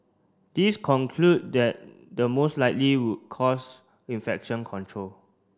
this conclude that the most likely cause infection control